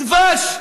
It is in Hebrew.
דבש.